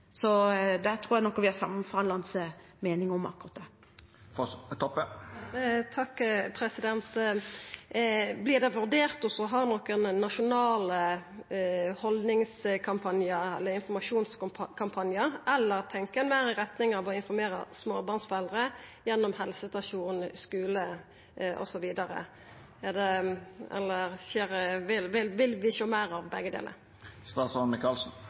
så om akkurat det tror jeg nok vi har sammenfallende mening. Vert det vurdert å ha nokon nasjonale haldningskampanjar eller informasjonskampanjar, eller tenkjer ein meir i retning av å informera småbarnsforeldre gjennom helsestasjon, skule osv.? Eller vil vi sjå meir av begge